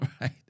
right